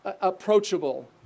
approachable